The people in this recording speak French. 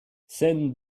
scène